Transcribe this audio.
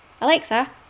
Alexa